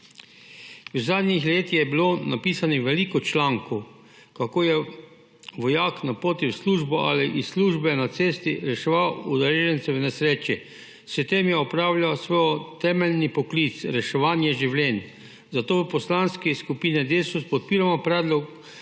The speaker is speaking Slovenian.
V zadnjih letih je bilo napisanih veliko člankov, kako je vojak na poti v službo ali iz službe reševal udeležence v nesreči. S tem je opravljal svoj temeljni poklic reševanje življenj, zato v Poslanski skupini Desus podpiramo predlog,